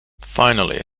finally